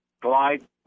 glide